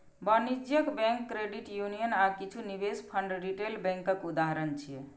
वाणिज्यिक bank, credit union आ किछु निवेश फंड रिटेल बैंकक उदाहरण छियै